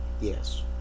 Yes